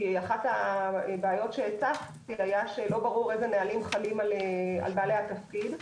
כי אחת הבעיות שהצפתי הייתה שלא ברור איזה נהלים חלים על בעלי התפקיד.